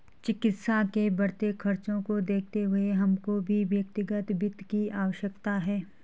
चिकित्सा के बढ़ते खर्चों को देखते हुए हमको भी व्यक्तिगत वित्त की आवश्यकता है